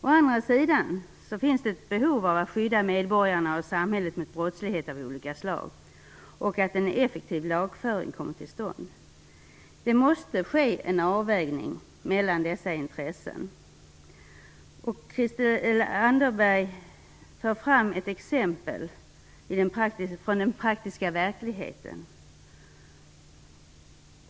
Å andra sidan finns det ett behov av att skydda medborgarna och samhället mot brottslighet av olika slag och av att en effektiv lagföring kommer till stånd. Det måste ske en avvägning mellan dessa intressen. Christel Anderberg för fram ett exempel från den praktiska verkligheten.